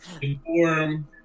Inform